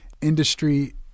industry